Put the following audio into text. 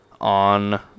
on